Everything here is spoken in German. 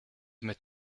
mit